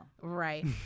Right